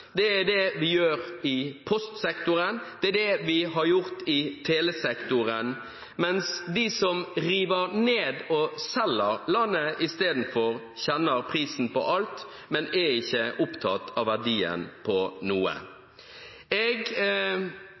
det er det vi gjør i postsektoren, det er det vi har gjort i telesektoren, mens de som river ned og selger landet, i stedet for kjenner prisen på alt, men ikke er opptatt av verdien på noe. Jeg